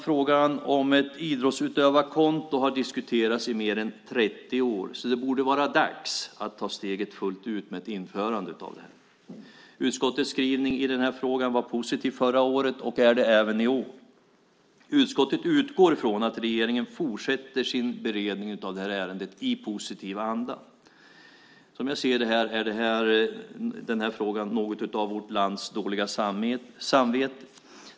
Frågan om ett idrottsutövarkonto har diskuterats i mer än 30 år. Det borde vara dags att ta steget fullt ut med ett införande av det här. Utskottets skrivning i den här frågan var positiv förra året, och den är det även i år. Utskottet utgår från att regeringen fortsätter sin beredning av det här ärendet i positiv anda. Som jag ser det är den här frågan något av vårt lands dåliga samvete.